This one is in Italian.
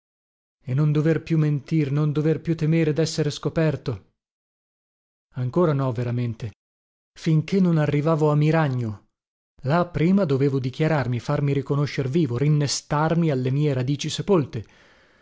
e non dover più mentire non dover più temere dessere scoperto ancora no veramente finché non arrivavo a miragno là prima dovevo dichiararmi farmi riconoscer vivo rinnestarmi alle mie radici sepolte